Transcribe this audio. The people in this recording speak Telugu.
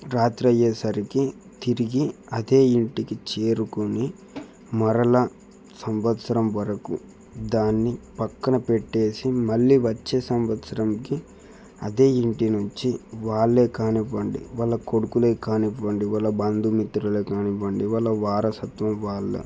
రాత్రయ్యేసరికి తిరిగి అదే ఇంటికి చేరుకుని మరలా సంవత్సరం వరకు దాన్ని ప్రక్కన పెట్టేసి మళ్ళీ వచ్చే సంవత్సరంకి అదే ఇంటి నుంచి వాళ్ళే కానివ్వండి వాళ్ళ కొడుకులే కానివ్వండి వాళ్ళ బంధుమిత్రులే కానివ్వండి వాళ్ళ వారసత్వ వాళ్ళ